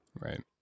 Right